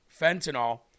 fentanyl